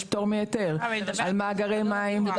יש פטור מהיתר על מאגרי מים.